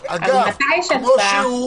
מתי יש הצבעה?